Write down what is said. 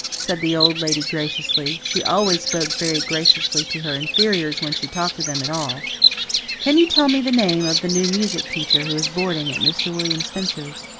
said the old lady graciously she always spoke very graciously to her inferiors when she talked to them at all can you tell me the name of the new music teacher who is boarding at mr. william spencer's?